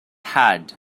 had